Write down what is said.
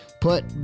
put